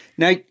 Now